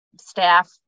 staff